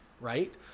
right